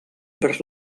vers